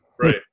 Right